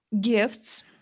gifts